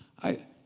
i